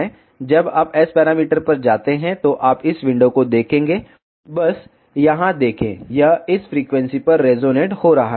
जब आप S parameter पर जाते हैं तो आप इस विंडो को देखेंगे बस यहाँ देखें यह इस फ्रीक्वेंसी पर रेजोनेट हो रहा है